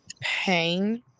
pain